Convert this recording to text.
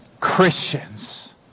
Christians